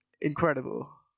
incredible